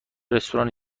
رستوران